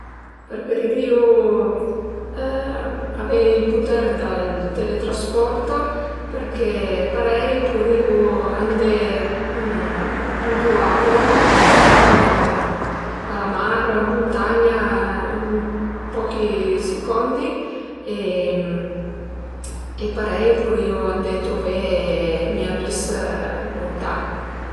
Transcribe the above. Preferirìu avei ël puter dël teletrasporto përché parei purìu andé ëndua volu, a la mar, ën muntagna ën pochi secondi e parei purìu andé truvé mi amis luntan